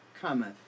cometh